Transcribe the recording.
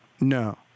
No